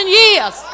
years